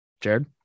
Jared